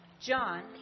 John